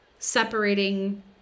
separating